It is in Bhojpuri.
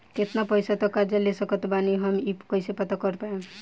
केतना पैसा तक कर्जा ले सकत बानी हम ई कइसे पता कर पाएम?